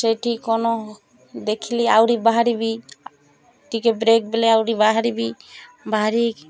ସେଇଠି କ'ଣ ଦେଖିଲି ଆହୁରି ବାହାରିବି ଟିକେ ବ୍ରେକ୍ ଦେଲେ ଆହୁରି ବାହାରିବି ବାହାରିି